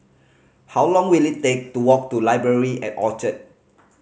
how long will it take to walk to Library at Orchard